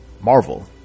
Marvel